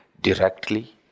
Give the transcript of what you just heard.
directly